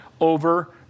over